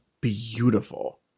beautiful